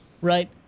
right